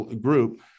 group